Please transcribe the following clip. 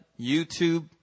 YouTube